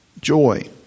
joy